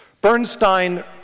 Bernstein